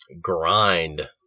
Grind